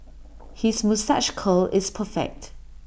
his moustache curl is perfect